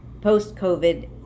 post-COVID